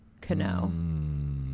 Canoe